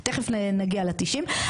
גם ה- 90. תיכף נגיע ל- 90,